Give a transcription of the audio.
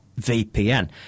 VPN